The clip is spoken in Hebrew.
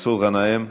מסעוד גנאים,